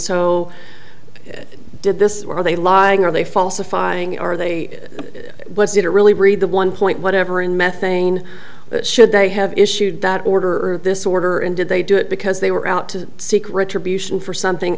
so did this or are they lying are they falsifying are they what's you to really read the one point whatever in methane should they have issued that order or this order and did they do it because they were out to seek retribution for something